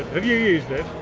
have you used it?